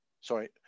sorry